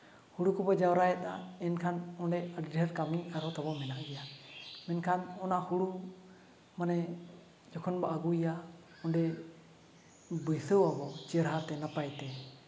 ᱦᱳᱲᱳ ᱠᱚᱵᱚᱱ ᱡᱟᱶᱨᱟᱭᱮᱫᱟ ᱮᱱᱠᱷᱟᱱ ᱚᱸᱰᱮ ᱟᱹᱰᱤ ᱰᱷᱮᱨ ᱠᱟᱹᱢᱤ ᱟᱨᱦᱚᱸ ᱛᱟᱵᱚ ᱢᱮᱱᱟᱜ ᱜᱮᱭᱟ ᱢᱮᱱᱠᱷᱟᱱ ᱚᱱᱟ ᱦᱳᱲᱳ ᱡᱚᱠᱷᱚᱱ ᱵᱚᱱ ᱟᱹᱜᱩᱭᱮᱭᱟ ᱚᱸᱰᱮ ᱵᱟᱹᱭᱥᱟᱹᱣ ᱟᱵᱚ ᱪᱮᱦᱨᱟ ᱛᱮ ᱱᱟᱯᱟᱭ ᱛᱮ